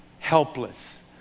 Helpless